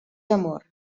amor